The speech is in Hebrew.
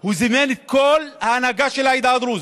הוא זימן את כל ההנהגה של העדה הדרוזית,